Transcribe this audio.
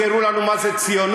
אל תמכרו לנו מה זה ציונות,